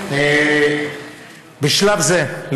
בשלב זה,